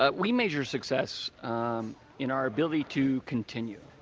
ah we measure success in our ability to continue.